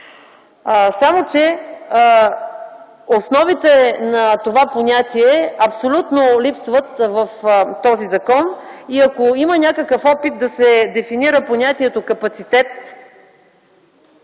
Само че основите на това понятие абсолютно липсват в този закон и ако има някакъв опит да се дефинира понятието „капацитет”,